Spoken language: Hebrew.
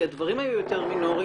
כי הדברים היו מינוריים,